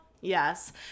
yes